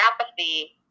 apathy